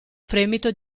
fremito